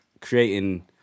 creating